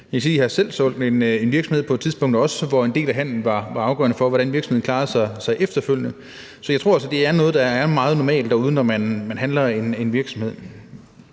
har solgt en virksomhed på et tidspunkt, hvor en del af handelen var afgørende for, hvordan virksomheden klarede sig efterfølgende. Så jeg tror altså, at det er noget, der er meget normalt derude, når man handler en virksomhed.